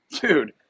Dude